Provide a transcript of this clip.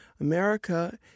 America